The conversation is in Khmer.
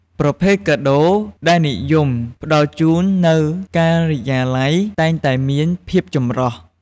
ប្រភេទកាដូរដែលនិយមផ្តល់ជូននៅការិយាល័យតែងតែមានភាពចម្រុះ។